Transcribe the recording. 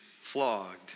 flogged